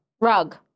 Rug